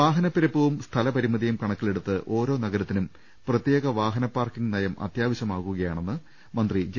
വാഹന പെരുപ്പവും സ്ഥല പരിമിതിയും കണക്കിലെടുത്ത് ഓരോ നഗരത്തിനും പ്രത്യേക വാഹന പാർക്കിങ്ങ് നയം അത്യാവശ്യമാവു കയാണെന്ന് മന്ത്രി ജെ